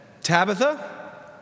Tabitha